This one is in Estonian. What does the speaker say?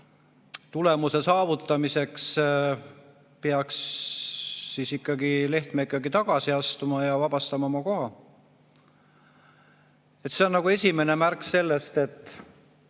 tulemuse saavutamiseks peaks ikkagi Lehtme tagasi astuma ja vabastama oma koha. See on esimene märk sellest, et